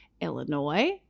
Illinois